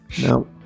No